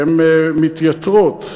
מתייתרות.